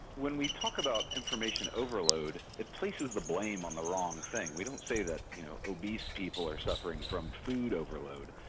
when we talk about information overload, it places the blame on the wrong thing. we don't say that you know obese people are suffering from food overload,